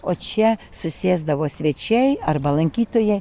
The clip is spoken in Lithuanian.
o čia susėsdavo svečiai arba lankytojai